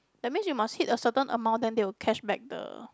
that means you must hit a certain amount then they will cashback the